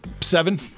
seven